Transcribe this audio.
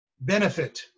benefit